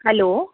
hello